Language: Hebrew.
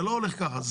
זה לא הולך ככה.